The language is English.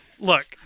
Look